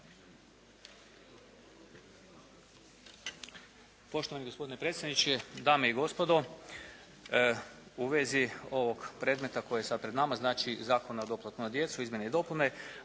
Poštovani gospodine predsjedniče, dame i gospodo. U vezi ovog predmeta koji je sada pred nama, znači Zakona o doplati na djecu, izmjene i dopune